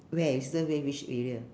where your sister stay which area